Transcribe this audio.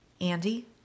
Andy